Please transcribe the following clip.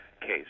case